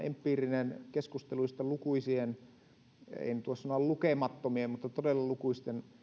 empiirinen keskusteluista lukuisien ei nyt voi sanoa lukemattomien mutta todella lukuisten